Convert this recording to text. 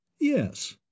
Yes